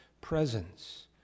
presence